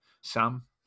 sam